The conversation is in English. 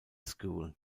school